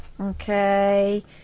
Okay